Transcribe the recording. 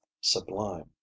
sublime